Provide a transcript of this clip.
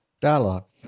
dialogue